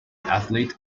athlete